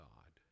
God